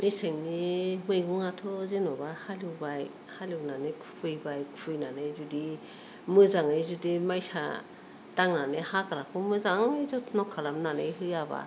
मेसेंनि मैगंआथ' जेनेबा हालेवबाय हालेवनानै खुफैबाय खुबैनानै जुदि मोजाङै जुदि माइसा दांनानै हाग्राखौ मोजाङै जोथोन खालामनानै होआबा